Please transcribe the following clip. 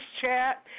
chat